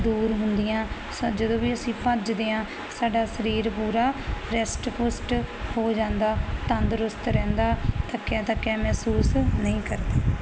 ਦੂਰ ਹੁੰਦੀਆਂ ਜਦੋਂ ਵੀ ਅਸੀਂ ਭੱਜਦੇ ਆਂ ਸਾਡਾ ਸਰੀਰ ਪੂਰਾ ਰੈਸਟ ਪੁਸ਼ਟ ਹੋ ਜਾਂਦਾ ਤੰਦਰੁਸਤ ਰਹਿੰਦਾ ਥੱਕਿਆ ਥੱਕਿਆ ਮਹਿਸੂਸ ਨਹੀਂ ਕਰਦਾ